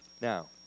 Now